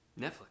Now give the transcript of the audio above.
netflix